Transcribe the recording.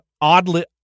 oddly